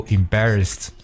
embarrassed